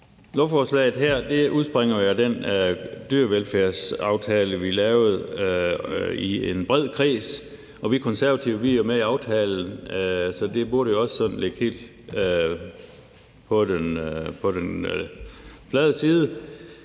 Lovforslaget her udspringer jo af den dyrevelfærdsaftale, vi lavede i en bredere kreds. Vi Konservative er med i aftalen, så det burde også ligge på den på den flade hånd,